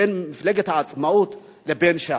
בין מפלגת העצמאות לבין ש"ס?